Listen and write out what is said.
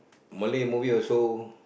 Malay movie also